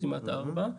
כמעט ארבע.